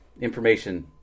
information